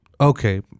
okay